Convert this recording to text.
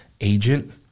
agent